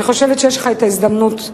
אני חושבת שיש לך הזדמנות להתחיל,